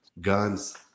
Guns